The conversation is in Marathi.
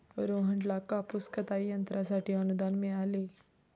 रोहनला कापूस कताई यंत्रासाठी अनुदान मिळाले